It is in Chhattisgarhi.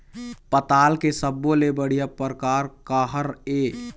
पताल के सब्बो ले बढ़िया परकार काहर ए?